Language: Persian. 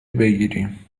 بگیریم